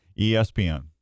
ESPN